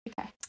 Okay